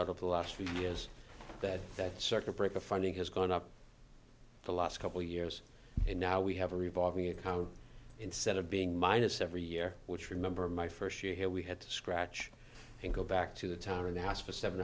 out of the last few years that that circuit breaker funding has gone up the last couple years and now we have a revolving account instead of being minus every year which remember my first year here we had to scratch and go back to the town and ask for seven